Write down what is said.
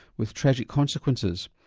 with tragic consequences.